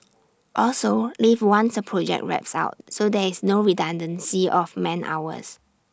also leave once A project wraps up so there is no redundancy of man hours